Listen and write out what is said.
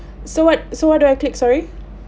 so what so what do I click sorry